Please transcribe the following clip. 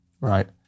right